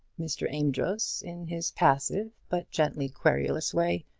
mr. amedroz, in his passive, but gently querulous way,